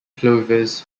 plovers